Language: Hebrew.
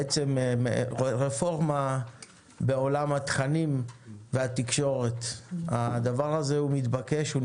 רפורמה בעולם התכנים והתקשורת נדרש ומתבקש.